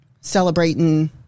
celebrating